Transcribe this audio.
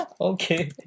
Okay